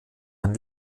ein